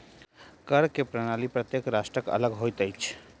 कर के प्रणाली प्रत्येक राष्ट्रक अलग होइत अछि